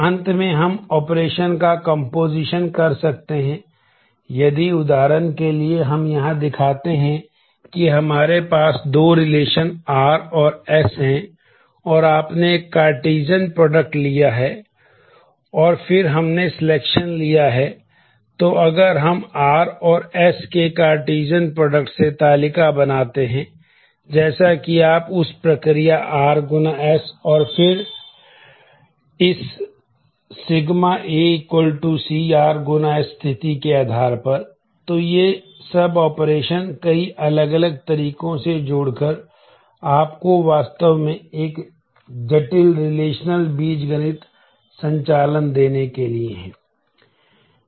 अंत में हम ऑपरेशन बीजगणित संचालन देने के लिए है